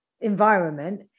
environment